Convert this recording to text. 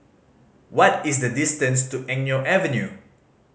what is the distance to Eng Neo Avenue